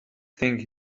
think